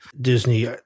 Disney